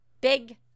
Big